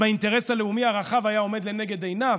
אם האינטרס הלאומי הרחב היה עומד לנגד עיניו,